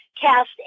cast